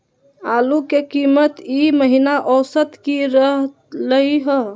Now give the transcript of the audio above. आलू के कीमत ई महिना औसत की रहलई ह?